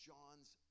John's